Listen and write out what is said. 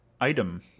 item